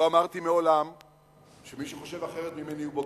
לא אמרתי מעולם שמי שחושב אחרת ממני הוא בוגד,